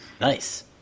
Nice